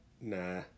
nah